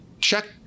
check